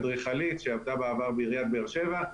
אדריכלית שעבדה בעבר בעיריית באר שבע,